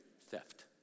theft